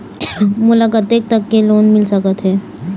मोला कतेक तक के लोन मिल सकत हे?